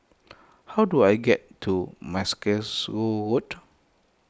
how do I get to Mackerrow Road